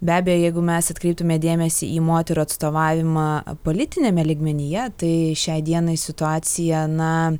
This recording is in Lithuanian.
be abejo jeigu mes atkreiptumėme dėmesį į moterų atstovavimą politiniame lygmenyje tai šiai dienai situacija na